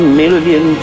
million